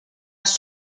has